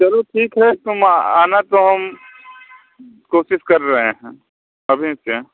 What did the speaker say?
चलो ठीक है तुम आ आना तो हम कोशिश कर रएँ हैं अभी से